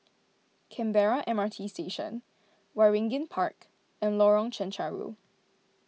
Canberra M R T Station Waringin Park and Lorong Chencharu